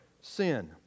sin